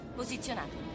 posizionato